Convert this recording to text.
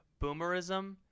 boomerism